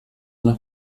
nach